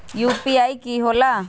UPI कि होला?